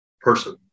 person